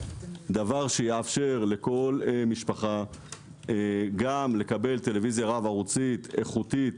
דבר שיאפשר לכל משפחה גם לקבל טלוויזיה רב-ערוצית איכותית